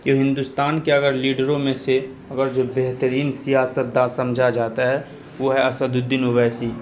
کہ ہندوستان کے اگر لیڈروں میں سے اگر جو بہترین سیاست داں سمجھا جاتا ہے وہ ہے اسد الدین اویسی